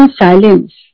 silence